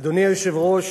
אדוני היושב-ראש,